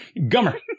Gummer